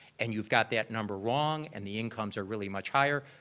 and you've got that number wrong and the incomes are really much higher,